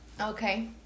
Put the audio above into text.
Okay